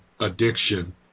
addiction